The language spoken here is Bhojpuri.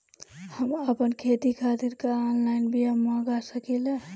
हम आपन खेती खातिर का ऑनलाइन बिया मँगा सकिला?